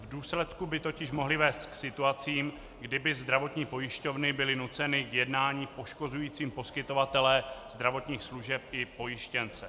V důsledku by totiž mohly vést k situacím, kdy by zdravotní pojišťovny byly nuceny k jednání poškozujícímu poskytovatele zdravotních služeb i pojištěnce.